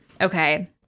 Okay